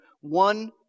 one